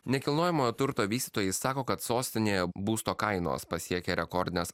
nekilnojamojo turto vystytojai sako kad sostinėje būsto kainos pasiekė rekordines